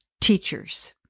teachers